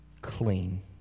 clean